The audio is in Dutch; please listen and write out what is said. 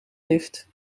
lift